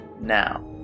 now